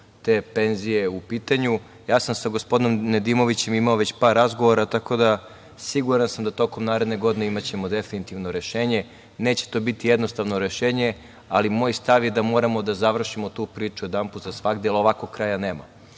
te penzije u pitanju. Ja sam sa gospodinom Nedimovićem imao već par razgovora, tako da sam siguran da ćemo tokom naredne godine imati definitivno rešenje. Neće to biti jednostavno rešenje, ali moj stav je da moramo da završimo tu priču jedanput za svagda, jer ovako kraja nema. Tako